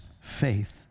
faith